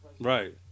right